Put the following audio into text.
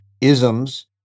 isms